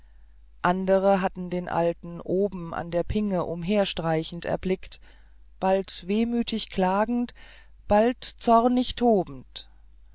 andere hatten den alten oben an der pinge umherstreichend erblickt bald wehmütig klagend bald zornig tobend